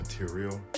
material